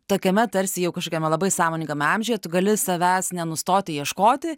tokiame tarsi jau kažkokiame labai sąmoningame amžiuje tu gali savęs nenustoti ieškoti